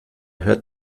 hört